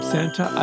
Santa